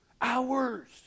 Hours